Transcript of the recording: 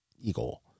eagle